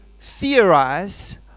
theorize